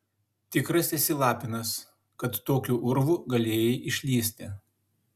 tikras esi lapinas kad tokiu urvu galėjai išlįsti